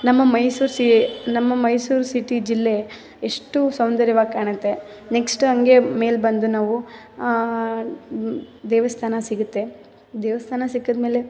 ನಮ್ಮ ಮೈಸೂರು ಸೀ ನಮ್ಮ ಮೈಸೂರು ಸಿಟಿ ಜಿಲ್ಲೆ ಎಷ್ಟು ಸೌಂದರ್ಯವಾಗಿ ಕಾಣುತ್ತೆ ನೆಕ್ಸ್ಟು ಹಂಗೆ ಮೇಲೆ ಬಂದು ನಾವು ದೇವಸ್ಥಾನ ಸಿಗುತ್ತೆ ದೇವಸ್ಥಾನ ಸಿಕ್ಕಿದ ಮೇಲೆ